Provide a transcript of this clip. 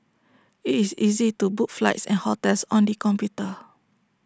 IT is easy to book flights and hotels on the computer